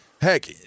heck